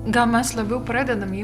gal mes labiau pradedam jį